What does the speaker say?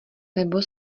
nebo